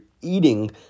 eating